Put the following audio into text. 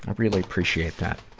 really appreciate that.